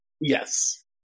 Yes